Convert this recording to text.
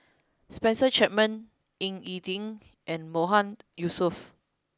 Spencer Chapman Ying E Ding and Mahmood Yusof